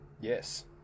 yes